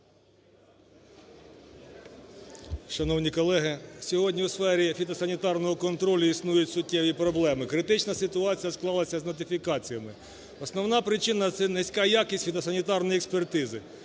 Шановні колеги, сьогодні у сфері фітосанітарного контролю існують суттєві проблеми. Критична ситуація склалася з нотифікаціями. Основна причина це низька якість фітосанітарної експертизи.